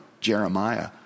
Jeremiah